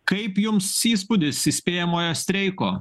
kaip jums įspūdis įspėjamojo streiko